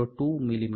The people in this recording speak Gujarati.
02 મી